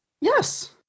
Yes